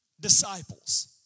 disciples